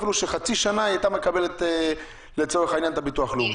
אפילו שחצי שנה קיבלה ביטוח לאומי.